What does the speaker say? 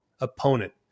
opponent